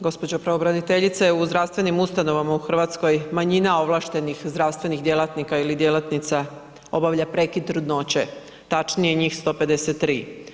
Gđo. pravobraniteljice, u zdravstvenim ustanovama u Hrvatskoj manjina ovlaštenih i zdravstvenih djelatnika ili djelatnica obavlja prekid trudnoće, točnije njih 153.